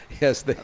yes